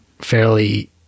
fairly